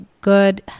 good